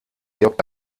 georg